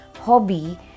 hobby